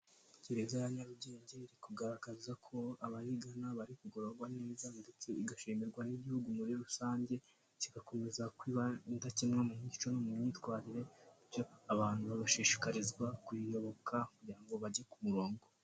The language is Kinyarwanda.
Gereza ya Nyarugenge iri kugaragaza ko abayigana bari kugororwa neza ndetse bigashimirwa n'igihugu muri rusange, kigakomeza kuba indakemwa mu mico no mu myitwarire, bityo abantu bashishikarizwa kuyiyoboka kugira ngo bajye ku murongo.